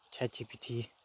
ChatGPT